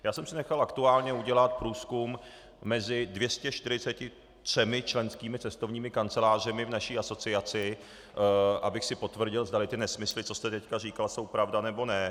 Já jsem si nechal aktuálně udělat průzkum mezi 243 členskými cestovními kancelářemi v naší asociaci, abych si potvrdil, zdali ty nesmysly, co jste teď říkal, jsou pravda, nebo ne.